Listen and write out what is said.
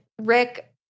Rick